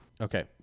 Okay